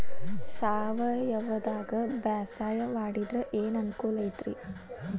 ಸಾವಯವದಾಗಾ ಬ್ಯಾಸಾಯಾ ಮಾಡಿದ್ರ ಏನ್ ಅನುಕೂಲ ಐತ್ರೇ?